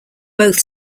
both